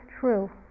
true